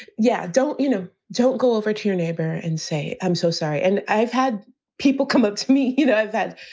yeah. don't, you know, don't go over to your neighbor and say, i'm so sorry and i've had people come up to me, you know, that